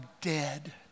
dead